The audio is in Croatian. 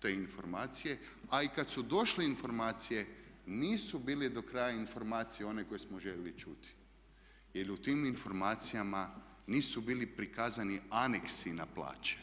te informacije, a i kad su došle informacije nisu bile dokraja informacije one koje smo željeli čuti jer je u tim informacijama nisu bili prikazani aneksi na plaće.